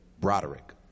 Broderick